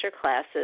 classes